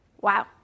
Wow